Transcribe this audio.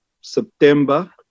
September